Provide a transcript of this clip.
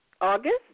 August